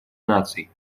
наций